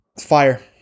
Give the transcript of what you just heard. fire